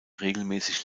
regelmäßig